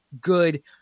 good